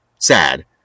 sad